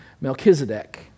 Melchizedek